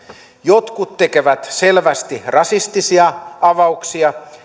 jotkut tekevät selvästi rasistisia avauksia